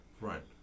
Right